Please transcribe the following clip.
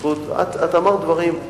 את אמרת דברים,